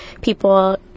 people